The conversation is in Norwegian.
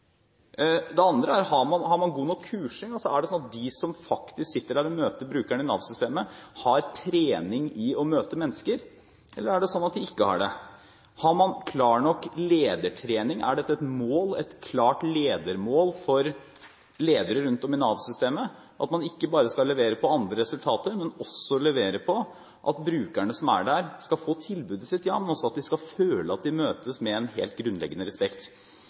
Det andre er: Har man god nok kursing? Er det sånn at de som faktisk sitter der og møter brukerne i Nav-systemet, har trening i å møte mennesker? Eller er det sånn at de ikke har det? Har man klar nok ledertrening? Er det et klart mål for ledere rundt om i Nav-systemet at man ikke bare skal levere på andre resultater, men også levere på at brukerne som er der, skal få tilbudet sitt, og at de også skal føle at de møtes med en helt grunnleggende respekt?